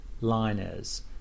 liners